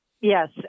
Yes